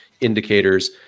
indicators